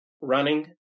running